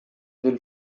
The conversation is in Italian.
del